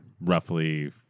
roughly